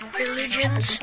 religions